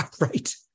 right